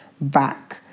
back